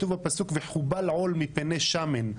כתוב בפסוק: "וחובל עול מפני שמן".